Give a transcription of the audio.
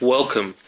Welcome